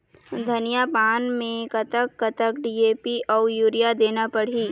धनिया पान मे कतक कतक डी.ए.पी अऊ यूरिया देना पड़ही?